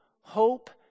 hope